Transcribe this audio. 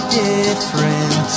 different